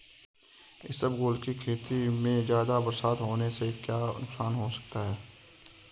इसबगोल की खेती में ज़्यादा बरसात होने से क्या नुकसान हो सकता है?